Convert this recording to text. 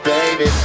Baby